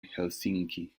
helsinki